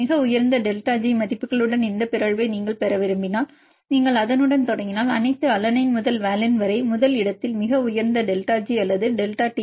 மிக உயர்ந்த delta G மதிப்புகளுடன் இந்த பிறழ்வை நீங்கள் பெற விரும்பினால் நீங்கள் அதனுடன் தொடங்கினால் அனைத்து அலனைன் முதல் வாலின் வரை முதல் இடத்தில் மிக உயர்ந்த டெல்டா ஜி அல்லது டெல்டா டி